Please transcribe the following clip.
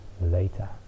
later